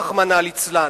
רחמנא ליצלן,